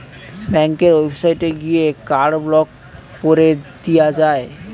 ব্যাংকের ওয়েবসাইটে গিয়ে কার্ড ব্লক কোরে দিয়া যায়